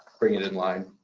bring it in line.